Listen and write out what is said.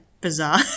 bizarre